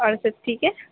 اور سب ٹھیک ہے